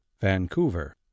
Vancouver